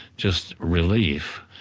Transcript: just relief.